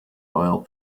oil